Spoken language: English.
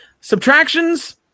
subtractions